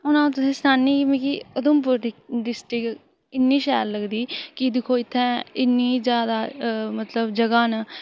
हू'न अं'ऊ तुसेंगी सनान्नी मिगी उधमपुर डिस्ट्रिकट इ'न्नी शैल लगदी कि दिक्खो इत्थें इ'न्नी जादा मतलब जगहां न